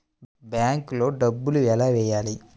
బ్యాంక్లో డబ్బులు ఎలా వెయ్యాలి?